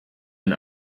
and